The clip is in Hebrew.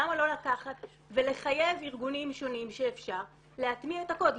למה לא לקחת ולחייב ארגונים שונים שאפשר להטמיע את הקוד,